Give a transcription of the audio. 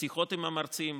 בשיחות עם המרצים,